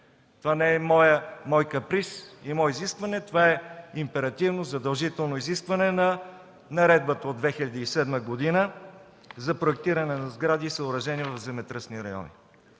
Това не е мой каприз и мое изискване, това е императивно задължително изискване на Наредбата от 2007 г. за проектиране на сгради и съоръжения в земетръсни райони.